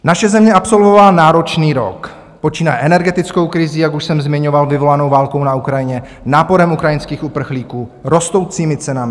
Naše země absolvovala náročný rok, počínaje energetickou krizí, jak už jsem zmiňoval, vyvolanou válkou na Ukrajině, náporem ukrajinských uprchlíků, rostoucími cenami.